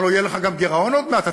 הלוא יהיה לך גם גירעון עוד מעט.